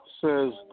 says